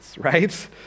right